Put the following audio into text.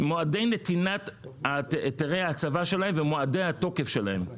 מועדי נתינת היתרי ההצבה שלהם ומועדי התוקף שלהם.